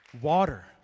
Water